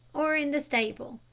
or in the stable?